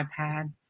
iPad